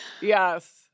Yes